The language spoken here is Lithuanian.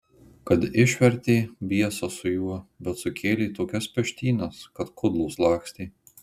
kad išvertė biesas su juo bet sukėlė tokias peštynes kad kudlos lakstė